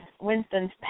Winston's